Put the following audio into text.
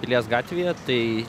pilies gatvėje tai